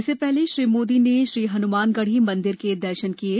इससे पहले श्री मोदी ने श्रीहनुमानगढी मंदिर के दर्शन किये